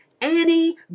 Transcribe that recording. Annie